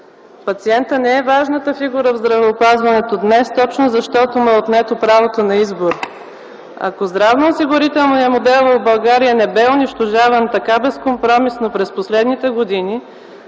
Пациентът не е важната фигура в здравеопазването днес, точно защото му е отнето правото на избор. Ако здравноосигурителният модел в България не бе унищожаван така безкомпромисно през последните години,